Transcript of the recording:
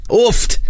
Ooft